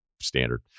standard